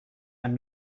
and